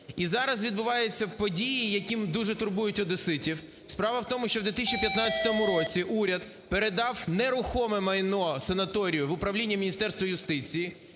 І зараз відбуваються події, які дуже турбують одеситів. Справа в тому, що у 2015 році уряд передав нерухоме майно санаторію в управління Міністерства юстиції.